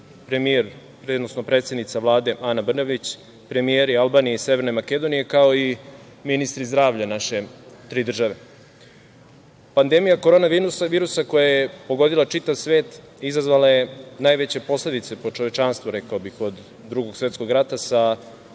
premijer, odnosno predsednica Vlade Ana Brnabić, premijeri Albanije i Severne Makedonije, kao i ministri zdravlja naše tri države. Pandemija korona virusa koja je pogodila čitav svet izazvala je najveće posledice po čovečanstvo, rekao bih, od Drugog svetskog rata sa korona